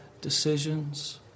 decisions